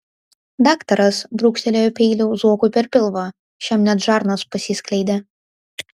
daktaras brūkštelėjo peiliu zuokui per pilvą šiam net žarnos pasiskleidė